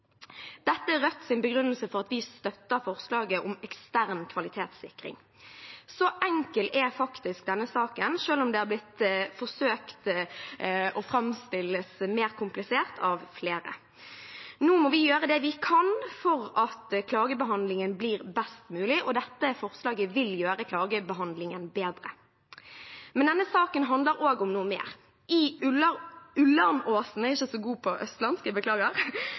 Dette er Rødts begrunnelse for at vi støtter forslaget om ekstern kvalitetssikring. Så enkel er faktisk denne saken, selv om det har blitt forsøkt framstilt mer komplisert av flere. Nå må vi gjøre det vi kan for at klagebehandlingen blir best mulig, og dette forslaget vil gjøre klagebehandlingen bedre. Men denne saken handler også om noe mer. I